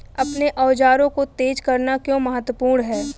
अपने औजारों को तेज करना क्यों महत्वपूर्ण है?